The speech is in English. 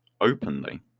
openly